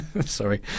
sorry